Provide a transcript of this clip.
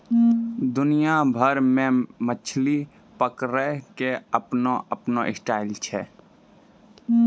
दुनिया भर मॅ मछली पकड़ै के आपनो आपनो स्टाइल छै